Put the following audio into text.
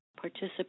participate